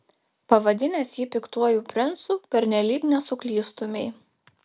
pavadinęs jį piktuoju princu pernelyg nesuklystumei